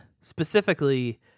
specifically